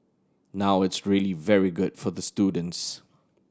now it's really very good for the students